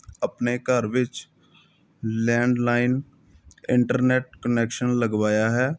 ਆਪਣੇ ਘਰ ਵਿੱਚ ਲੈਂਡਲਾਈਨ ਇੰਟਰਨੈਟ ਕਨੈਕਸ਼ਨ ਲਗਵਾਇਆ ਹੈ